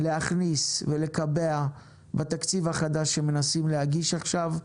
להכניס ולקבע בתקציב החדש שמנסים להגיש עכשיו,